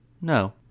No